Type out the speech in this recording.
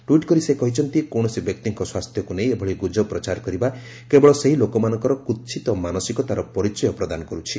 tweet କରି ସେ କହିଛନ୍ତି କୌଣସି ବ୍ୟକ୍ତିଙ୍କ ସ୍ୱାସ୍ଥ୍ୟକୁ ନେଇ ଏଭଳି ଗୁଜବ ପ୍ରଚାର କରିବା କେବଳ ସେହି ଲୋକମାନଙ୍କର କୁହିତ ମାନସିକତାର ପରିଚୟ ପ୍ରଦାନ କରୁଛି